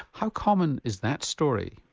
how common is that story?